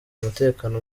umutekano